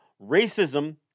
racism